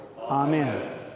Amen